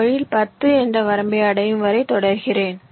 இந்த வழியில் 10 என்ற வரம்பை அடையும் வரை தொடர்கிறேன்